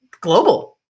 global